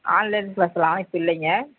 online கிளாஸுல்லாம் இப்போ இல்லைங்க